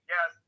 Yes